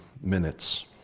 minutes